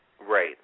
Right